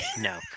No